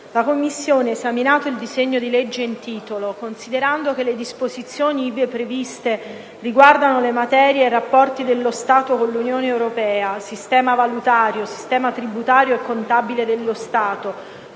1a Commissione permanente, esaminato il disegno di legge in titolo, considerando che le disposizioni ivi previste riguardano le materie «rapporti dello Stato con l'Unione europea», "sistema valutario, sistema tributario e contabile dello Stato",